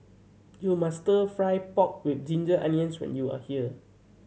you must Stir Fry pork with ginger onions when you are here